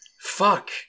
Fuck